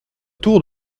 tour